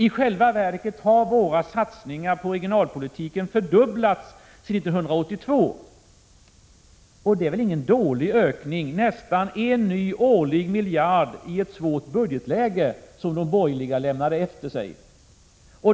I själva verket har våra satsningar på regionalpolitiken fördubblats sedan 1982, och det är väl ingen dålig ökning — nästan en ny årlig miljard i det svåra budgetläge som de borgerliga lämnade efter sig.